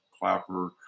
Clapper